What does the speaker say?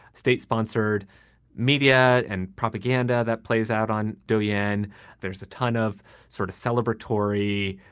state sponsored media and propaganda that plays out on dohe. yeah and there's a ton of sort of celebratory,